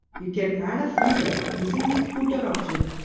you can add a footer using the footer option.